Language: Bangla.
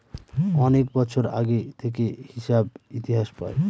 অনেক বছর আগে থেকে হিসাব ইতিহাস পায়